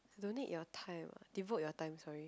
donate your time devote your time sorry